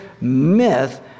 myth